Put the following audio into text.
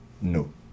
No